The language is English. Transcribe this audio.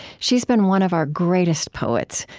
she's been one of our greatest poets,